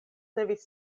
devis